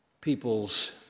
peoples